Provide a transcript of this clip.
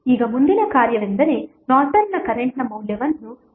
ಈಗ ಮುಂದಿನ ಕಾರ್ಯವೆಂದರೆ ನಾರ್ಟನ್ನ ಕರೆಂಟ್ನ ಮೌಲ್ಯವನ್ನು ಕಂಡುಹಿಡಿಯುವುದು